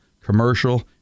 commercial